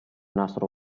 nastro